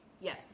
Yes